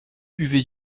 buvait